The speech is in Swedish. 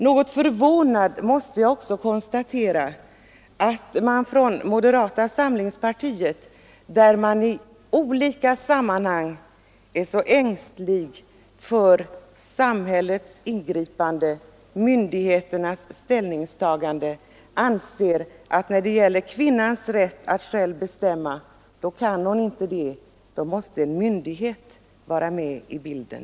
Något förvånad måste jag också konstatera att moderaterna, som annars är så ängsliga för samhällets och myndigheternas ingripanden, i detta sammanhang anser att kvinnan inte själv kan bestämma utan att en myndighet måste vara med i bilden.